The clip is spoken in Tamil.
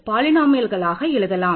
இது முக்கியமானதாகும்